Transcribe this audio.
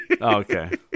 Okay